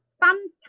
fantastic